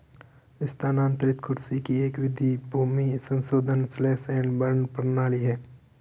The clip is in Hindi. स्थानांतरित कृषि की एक विधि भूमि समाशोधन स्लैश एंड बर्न प्रणाली है